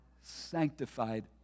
sanctified